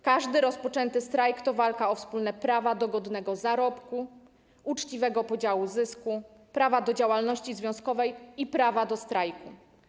Każdy rozpoczęty strajk to walka o wspólne prawa do godnego zarobku, uczciwego podziału zysku, prawa do działalności związkowej i prawa do strajku.